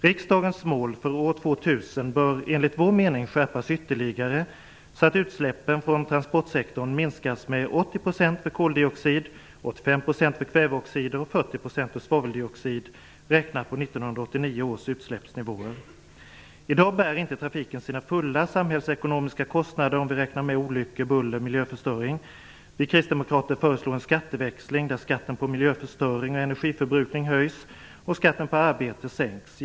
Riksdagens mål för år 2000 bör enligt vår mening skärpas ytterligare så att utsläppen från transportsektorn minskas med 80 % för koldioxid, 85 % för kväveoxider och 40 % för svaveldioxid, räknat på 1989 I dag bär inte trafiken sina fulla samhällsekonomiska kostnader om vi räknar med olyckor, buller och miljöförstöring. Vi kristdemokrater föreslår en skatteväxling där skatten på miljöförstöring och energiförbrukning höjs och skatten på arbete sänks.